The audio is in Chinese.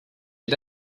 携带